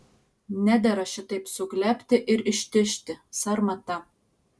nedera šitaip suglebti ir ištižti sarmata